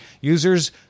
Users